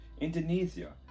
Indonesia